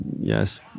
yes